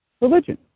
religion